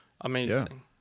amazing